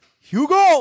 Hugo